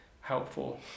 helpful